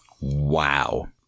Wow